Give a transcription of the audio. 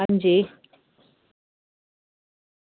अंजी